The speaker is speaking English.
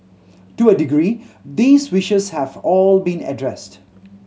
to a degree these wishes have all been addressed